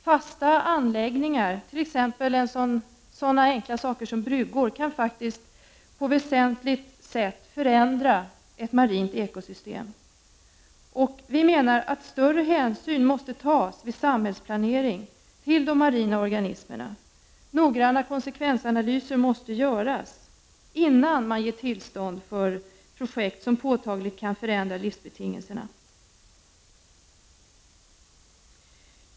Fasta anläggningar, t.ex. sådana enkla saker som bryggor, kan faktiskt på väsentligt sätt förändra ett marint ekosystem. Vi menar att större hänsyn måste tas till de marina organismerna vid samhällsplanering. Noggranna konsekvensanalyser måste göras innan man ger tillstånd till projekt som påtagligt kan förändra livsbetingelserna.